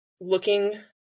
looking